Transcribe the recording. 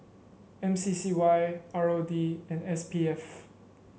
M C C Y R O D and S P F